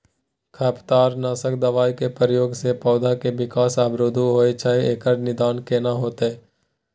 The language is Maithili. खरपतवार नासक दबाय के प्रयोग स पौधा के विकास अवरुध होय छैय एकर निदान केना होतय?